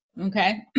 okay